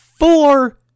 four